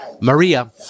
Maria